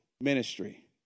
ministry